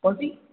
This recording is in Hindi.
कौनसी